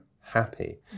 happy